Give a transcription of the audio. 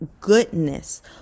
goodness